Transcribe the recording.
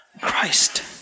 Christ